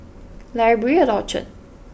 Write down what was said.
library at Orchard